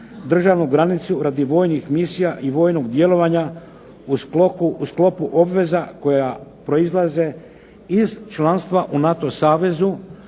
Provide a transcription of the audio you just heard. državnu granicu radi vojnih misija i vojnog djelovanja u sklopu obveza koje proizlaze iz članstva u NATO savezu,